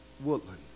Woodland